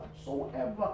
soever